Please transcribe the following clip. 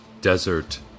desert